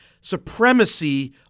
supremacy